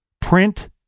print